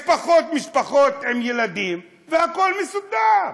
יש משפחות עם פחות ילדים, והכול מסודר.